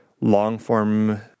long-form